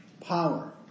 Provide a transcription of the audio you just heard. power